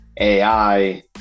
ai